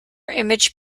image